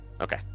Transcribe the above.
okay